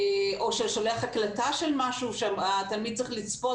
או ששולח הקלטה של משהו שהתלמיד צריך לצפות